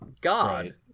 god